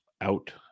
out